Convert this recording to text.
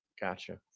Gotcha